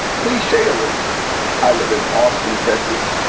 cliche alert i live in austin, texas.